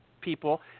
people